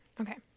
okay